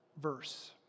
verse